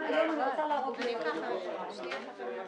16:04.